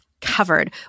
covered